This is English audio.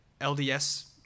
lds